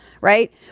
right